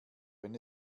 wenn